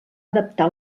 adaptar